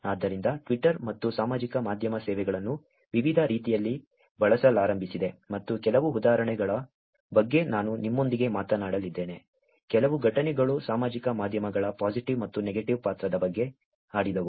ಆದ್ದರಿಂದ ಟ್ವಿಟರ್ ಮತ್ತು ಸಾಮಾಜಿಕ ಮಾಧ್ಯಮ ಸೇವೆಗಳನ್ನು ವಿವಿಧ ರೀತಿಯಲ್ಲಿ ಬಳಸಲಾರಂಭಿಸಿದೆ ಮತ್ತು ಕೆಲವು ಉದಾಹರಣೆಗಳ ಬಗ್ಗೆ ನಾನು ನಿಮ್ಮೊಂದಿಗೆ ಮಾತನಾಡಲಿದ್ದೇನೆ ಕೆಲವು ಘಟನೆಗಳು ಸಾಮಾಜಿಕ ಮಾಧ್ಯಮಗಳು ಪಾಸಿಟಿವ್ ಮತ್ತು ನೆಗೆಟಿವ್ ಪಾತ್ರದ ಬಗ್ಗೆ ಆಡಿದವು